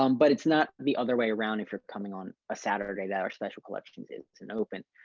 um but it's not the other way around, if you're coming on a saturday, that our special collections in an open.